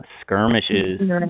skirmishes